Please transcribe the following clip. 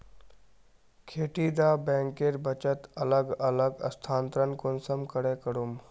खेती डा बैंकेर बचत अलग अलग स्थानंतरण कुंसम करे करूम?